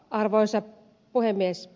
arvoisa puhemies